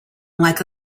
like